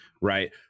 Right